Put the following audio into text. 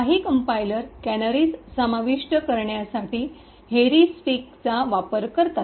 काही compiler canaries समाविष्ट करण्यासाठी हेरिस्टिक्सचा वापर करतात